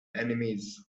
enemies